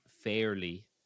fairly